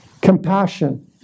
compassion